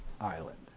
island